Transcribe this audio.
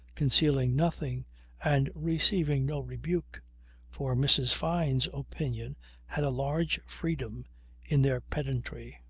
concealing nothing and receiving no rebuke for mrs. fyne's opinions had a large freedom in their pedantry.